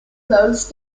close